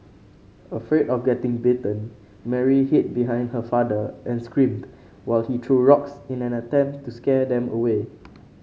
afraid of getting bitten Mary hid behind her father and screamed while he threw rocks in an attempt to scare them away